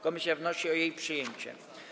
Komisja wnosi o jej przyjęcie.